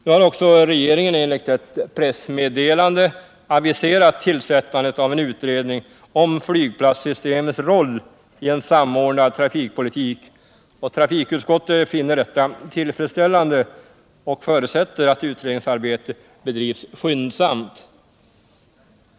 Nu har också regeringen enligt ett pressmeddelande aviserat tillsättandet av en utredning om flygplatssystemets roll i en samordnad trafikpolitik, och trafikutskottet finner detta tillfredsställande och förutsätter att utredningsarbetet bedrivs skyndsamt.